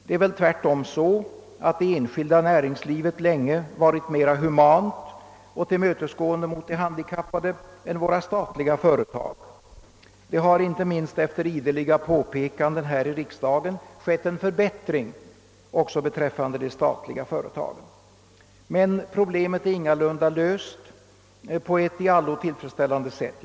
Det är väl tvärtom så att det enskilda näringslivet länge varit mera humant och tillmötesgående mot de handikappade än våra statliga företag. Det har, inte minst efter ideliga påpekanden här i riksdagen, skett en förbättring också beträffande de statliga företagen. Men problemet är ingalunda löst på ett i allo tillfredsställande sätt.